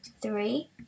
three